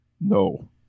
No